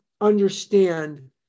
understand